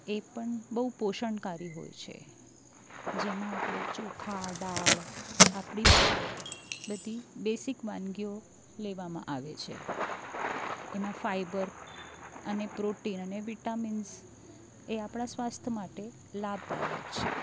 એ પણ બહુ પોષણકારી હોય છે જેમાં આપણે ચોખા દાળ આપણી બધી બેઝિક વાનગીઓ લેવામાં આવે છે એમાં ફાયબર અને પ્રોટીન અને વિટામીન્સ એ આપણા સ્વાસ્થ્ય માટે લાભદાયક છે